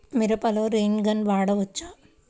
మిరపలో rain gun వాడవచ్చా?